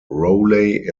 rowley